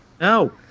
No